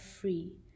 free